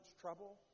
trouble